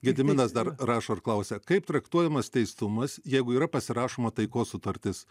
gediminas dar rašo ir klausia kaip traktuojamas teistumas jeigu yra pasirašoma taikos sutartis